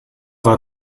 war